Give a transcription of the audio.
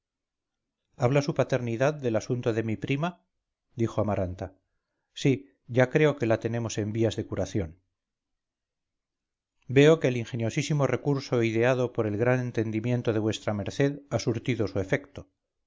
habla su paternidad del asunto de mi prima dijo amaranta sí ya creo que la tenemos en vías de curación veo que el ingeniosísimo recurso ideadopor el gran entendimiento de vuestra merced ha surtido su efecto